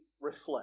reflect